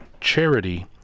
charity